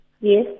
Yes